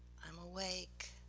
i'm awake,